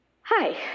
Hi